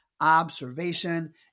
observation